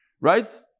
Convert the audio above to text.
right